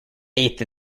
eighth